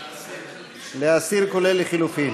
להסיר, גם לחלופין.